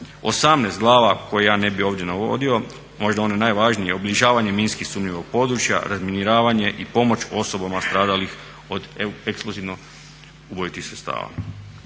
se od 18 glava koje ja ne bi ovdje navodio, možda one najvažnije obilježavanje minski sumnjivog područja, razminiravanje i pomoć osobama stradalih od eksplozivno ubojitih sredstava.